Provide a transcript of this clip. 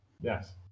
Yes